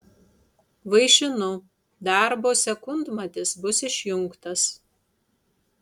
vaišinu darbo sekundmatis bus išjungtas